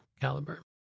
caliber